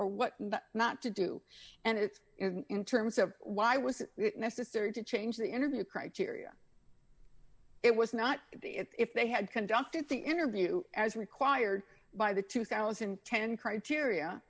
what not to do and it's in terms of why was it necessary to change the interview criteria it was not if they had conducted the interview as required by the two thousand and ten criteria